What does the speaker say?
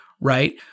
right